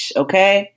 okay